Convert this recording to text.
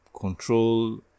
control